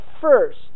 first